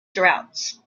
droughts